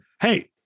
Hey